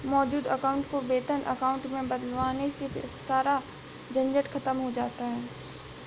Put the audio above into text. मौजूद अकाउंट को वेतन अकाउंट में बदलवाने से सारा झंझट खत्म हो जाता है